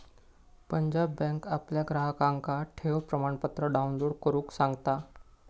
Punjab bank आपल्या ग्राहकांका ठेव प्रमाणपत्र डाउनलोड करुक सांगता